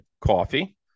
Coffee